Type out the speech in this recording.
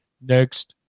next